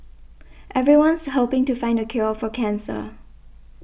everyone's hoping to find the cure for cancer